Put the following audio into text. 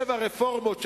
שבע רפורמות,